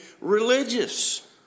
religious